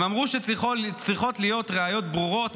הם אמרו שצריכות להיות ראיות ברורות,